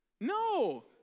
No